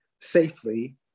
safely